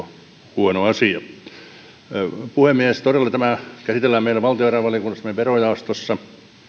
huono asia puhemies todellakin tämä käsitellään valtiovarainvaliokunnassa meidän verojaostossa